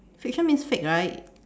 fiction means fake right